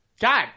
God